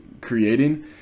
creating